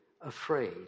afraid